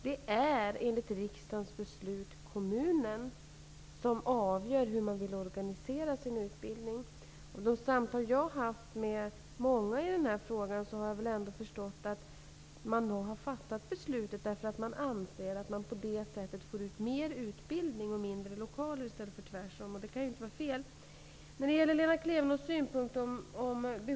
Det är enligt riksdagens beslut kommunen som avgör hur man vill organisera sin utbildning. Av de samtal jag haft med människor om denna fråga har jag förstått att man har fattat beslutet därför att man anser att man får ut mer utbildning och färre lokaler i stället för tvärt om. Det kan ju inte vara fel.